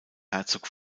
herzog